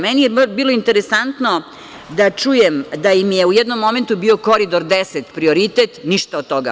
Meni je bilo interesantno da čujem da im je u jednom momentu bilo Koridor 10 prioritet, ništa od toga.